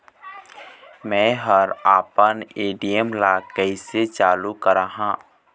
मैं हर आपमन ए.टी.एम ला कैसे चालू कराहां?